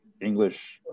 English